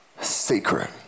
secret